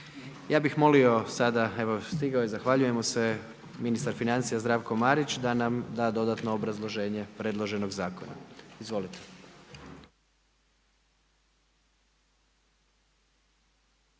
Ja bih molio sada, evo stigao je, zahvaljujem mu se, ministar financija Zdravko Marić, da nam da dodatno obrazloženje predloženog zakona. Izvolite.